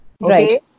Right